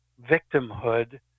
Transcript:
victimhood